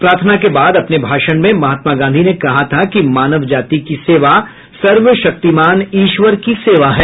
प्रार्थना के बाद अपने भाषण में महात्मा गांधी ने कहा था कि मानव जाति की सेवा सर्वशक्तिमान ईश्वर की सेवा है